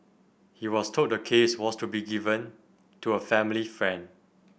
he was told the case was to be given to a family friend